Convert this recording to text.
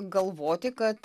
galvoti kad